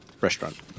restaurant